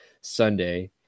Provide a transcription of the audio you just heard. Sunday